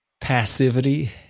passivity